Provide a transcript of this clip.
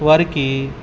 వారికి